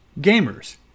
gamers